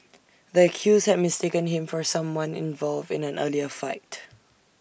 the accused had mistaken him for someone involved in an earlier fight